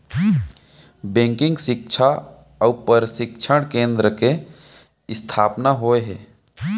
banking सिक्छा अउ परसिक्छन केन्द्र के इस्थापना होय हे